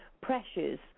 pressures